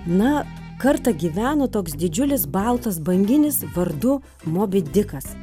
na kartą gyveno toks didžiulis baltas banginis vardu mobi dikas